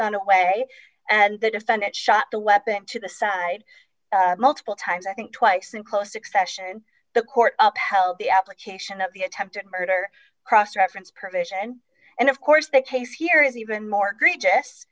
gun away and the defendant shot the weapon to the side multiple times i think twice in close succession the court upheld the application of the attempted murder cross reference provision and of course the case here is even more gre